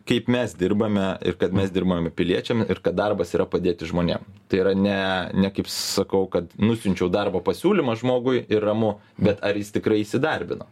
kaip mes dirbame ir kad mes dirbame piliečiam ir kad darbas yra padėti žmonėm tai yra ne ne kaip sakau kad nusiunčiau darbo pasiūlymą žmogui ir ramu bet ar jis tikrai įsidarbino